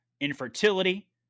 infertility